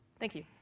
thank you.